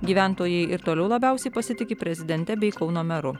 gyventojai ir toliau labiausiai pasitiki prezidente bei kauno meru